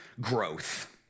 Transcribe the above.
growth